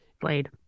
played